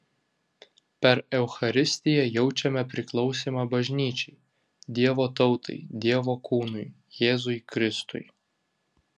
per eucharistiją jaučiame priklausymą bažnyčiai dievo tautai dievo kūnui jėzui kristui